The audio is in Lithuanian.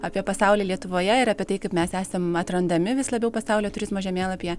apie pasaulį lietuvoje ir apie tai kaip mes esam atrandami vis labiau pasaulio turizmo žemėlapyje